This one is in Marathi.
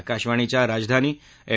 आकाशवाणीच्या राजधानी एफ